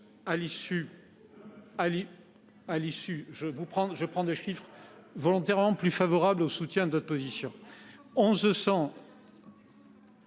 chiffres ! Je prends des chiffres volontairement plus favorables au soutien de votre position. Il